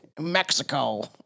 Mexico